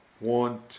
want